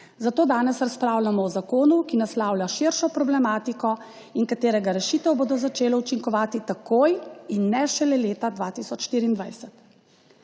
Zato danes razpravljamo o zakonu, ki naslavlja širšo problematiko in katerega rešitve bodo začele učinkovati takoj in ne šele leta 2024.